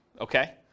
okay